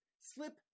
Slip